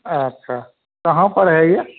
अच्छा कहाँ पर है ये